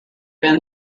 been